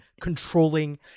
controlling